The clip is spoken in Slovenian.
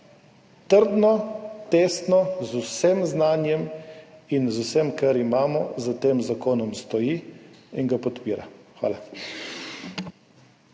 trdno, tesno, z vsem znanjem in z vsem, kar imamo, za tem zakonom stoji in ga podpira. Hvala.